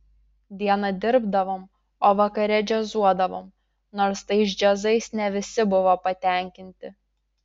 dieną dirbdavom o vakare džiazuodavom nors tais džiazais ne visi buvo patenkinti